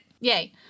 Yay